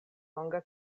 longa